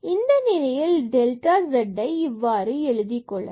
இந்த நிலையில் delta zஐ இவ்வாறு எழுதிக்கொள்ளலாம்